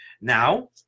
Now